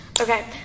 Okay